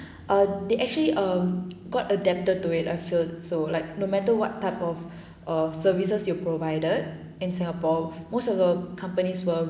err they actually um got adapted to it I feel so like no matter what type of of services you provided in singapore most of the companies were